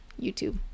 youtube